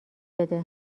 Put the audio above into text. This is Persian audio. بده